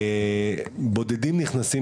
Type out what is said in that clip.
בודדים נכנסים,